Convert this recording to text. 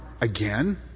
again